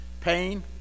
pain